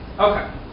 Okay